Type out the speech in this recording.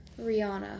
Rihanna